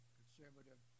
conservative